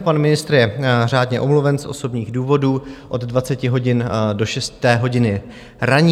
Pan ministr je řádně omluven z osobních důvodů od 20 hodin do šesté hodiny ranní.